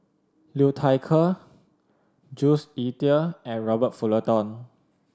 Liu Thai Ker Jules Itier and Robert Fullerton